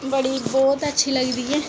बड़ी बहुत अच्छी लगदी ऐ